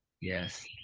yes